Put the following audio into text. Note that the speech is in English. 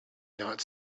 not